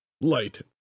light